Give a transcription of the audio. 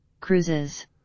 Cruises